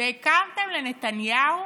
והקמתם לנתניהו